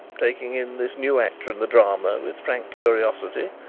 taking in this new actor in the drama with frank curiosity.